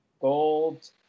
gold